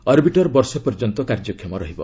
orbiter ବର୍ଷେ ପର୍ଯ୍ୟନ୍ତ କାର୍ଯ୍ୟକ୍ଷମ ରହିବ